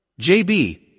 JB